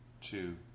two